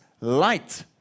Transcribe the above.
light